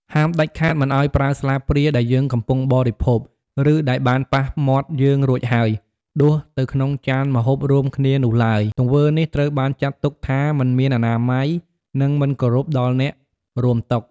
ហាមដាច់ខាតមិនឱ្យប្រើស្លាបព្រាដែលយើងកំពុងបរិភោគ ឬដែលបានប៉ះមាត់យើងរួចហើយ ដួសទៅក្នុងចានម្ហូបរួមគ្នានោះឡើយ ទង្វើនេះត្រូវបានចាត់ទុកថាមិនមានអនាម័យ និងមិនគោរពដល់អ្នករួមតុ។